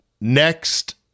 next